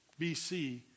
BC